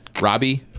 Robbie